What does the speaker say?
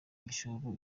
gishoro